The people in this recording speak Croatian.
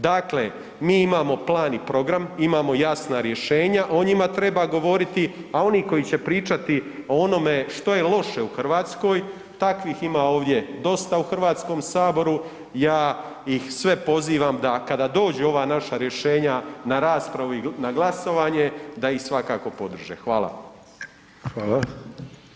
Dakle, mi imamo plan i program, imamo jasna rješenja, o njima treba govoriti, a oni koji će pričati o onome što je loše u RH, takvih ima ovdje dosta u HS, ja ih sve pozivam da kada dođu ova naša rješenja na raspravu i na glasovanje da ih svakako podrže.